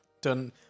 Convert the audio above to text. done